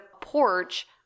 porch